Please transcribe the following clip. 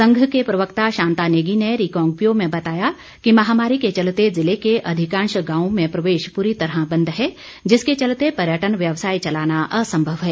संघ के प्रवक्ता शांता नेगी ने रिकांगपिओ में बताया कि महामारी के चलते ज़िले के अधिकांश गांवों में प्रवेश पूरी तरह बंद है जिसके चलते पर्यटन व्यवसाय चलाना असंभव है